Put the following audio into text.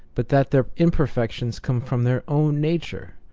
but that their imperfections come from their own nature,